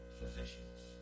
physicians